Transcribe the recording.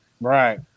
Right